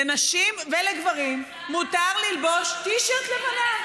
לנשים ולגברים מותר ללבוש טי-שירט לבנה.